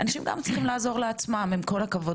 אנשים גם צריכים לעזור לעצמם עם כל הכבוד,